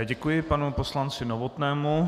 Děkuji panu poslanci Novotnému.